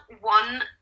one